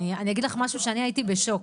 אני אגיד לך משהו שאני הייתי בשוק.